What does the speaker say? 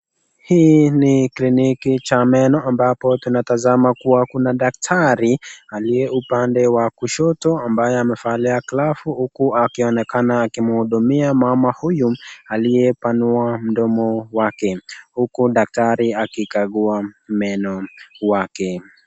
Hii ni kliniki ya meno ambapo tunatazama kuwa kuna daktari aliye upande wa kushoto ambaye amevalia glovu huku akionekana akimhudumia mama huyu aliyepanua mdomo wake huku daktari akikagua meno wake.